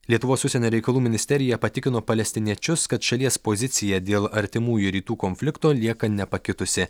lietuvos užsienio reikalų ministerija patikino palestiniečius kad šalies pozicija dėl artimųjų rytų konflikto lieka nepakitusi